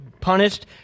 punished